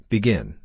Begin